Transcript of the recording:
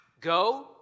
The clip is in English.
go